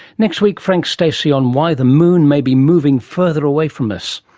next week, frank stacey on why the moon may be moving further away from us.